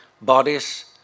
bodies